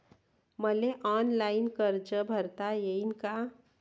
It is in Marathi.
मले ऑनलाईन कर्ज भरता येईन का?